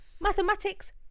mathematics